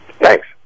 Thanks